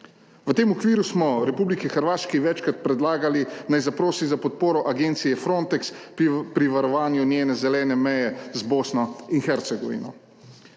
V tem okviru smo Republiki Hrvaški večkrat predlagali naj zaprosi za podporo Agencije Frontex pri varovanju njene zelene meje z Bosno in Hercegovino.